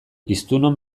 hiztunon